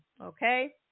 okay